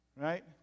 right